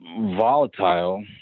volatile